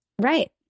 Right